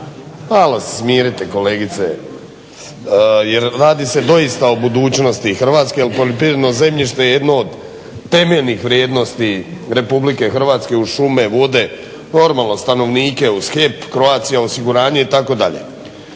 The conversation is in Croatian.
Hrvatske, jer radi se doista o budućnosti Hrvatske jer poljoprivredno zemljište je jedno od temeljnih vrijednosti RH uz šume, vode, normalno stanovnike uz HEP, Croatia osiguranje itd.